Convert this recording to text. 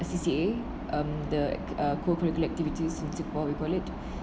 C_C_A um the uh co-curricular activities in Singapore we call it